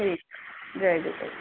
ठीकु जय झूले